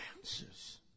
answers